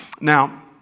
Now